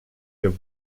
nel